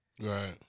Right